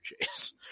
chase